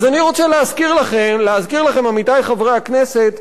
אז אני רוצה להזכיר לכם, עמיתי חברי הכנסת,